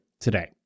today